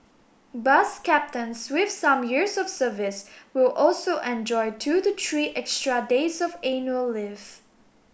bus captains with some years of service will also enjoy two to three extra days of annual leave